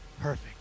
perfect